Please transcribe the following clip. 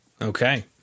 Okay